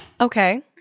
Okay